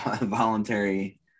voluntary